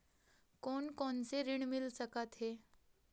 कोन कोन से ऋण मिल सकत हे?